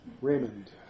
Raymond